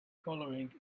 coloring